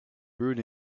brewed